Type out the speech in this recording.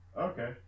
Okay